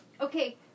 Okay